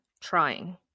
trying